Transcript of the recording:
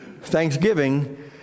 Thanksgiving